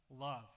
love